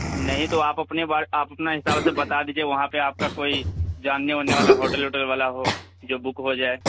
نہیں تو آپ اپنے بارے آپ اپنے حساب سے بتا دیجیے وہاں پہ آپ کا کوئی جاننے اوننے والا ہوٹل اوٹل والا ہو جو بک ہو جائے